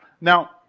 Now